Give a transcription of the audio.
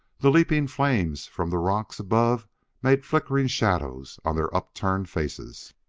the leaping flames from the rocks above made flickering shadows on their upturned faces.